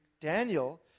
Daniel